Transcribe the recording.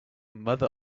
mother